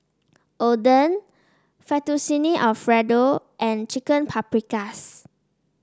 Oden Fettuccine Alfredo and Chicken Paprikas